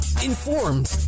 informed